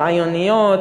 רעיוניות,